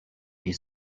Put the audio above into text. die